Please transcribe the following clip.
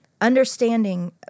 understanding